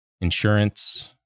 insurance